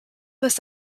this